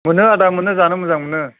मोनो आदा मोनो जानो मोजां मोनो